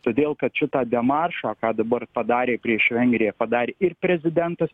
todėl kad šitą demaršą ką dabar padarė prieš vengriją padarė ir prezidentas